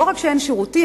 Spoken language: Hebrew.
לא רק שאין שירותים,